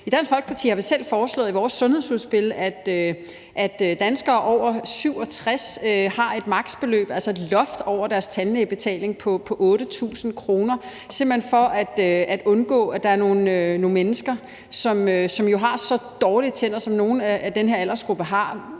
I Dansk Folkeparti har vi selv foreslået i vores sundhedsudspil, at danskere over 67 år har et maks.-beløb, altså et loft over deres tandlægebetaling på 8.000 kr., simpelt hen for at undgå, at nogle mennesker har så dårlige tænder, som vi ved at nogle i den her aldersgruppe har,